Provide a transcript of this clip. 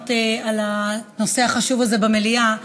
לענות על הנושא החשוב הזה במליאה,